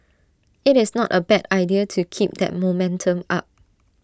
IT is not A bad idea to keep that momentum up